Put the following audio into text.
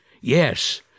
Yes